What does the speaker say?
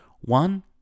one